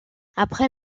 après